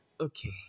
Okay